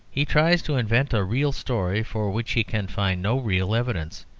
he tries to invent a real story, for which he can find no real evidence.